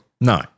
No